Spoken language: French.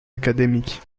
académique